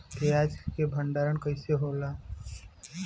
प्याज के भंडारन कइसे होला?